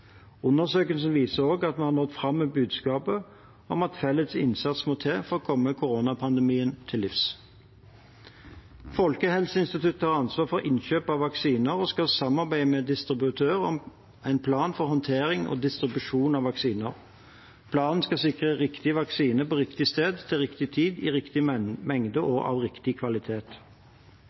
viser også at vi har nådd fram med budskapet om at felles innsats må til for å komme koronapandemien til livs. Folkehelseinstituttet har ansvar for innkjøp av vaksiner og skal samarbeide med distributør om en plan for håndtering og distribusjon av vaksiner. Planen skal sikre riktig vaksine på riktig sted, til riktig tid, i riktig mengde og av riktig kvalitet.